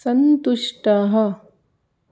सन्तुष्टः